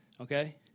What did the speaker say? Okay